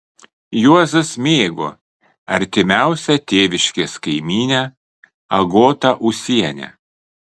juozas mėgo artimiausią tėviškės kaimynę agotą ūsienę